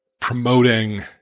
promoting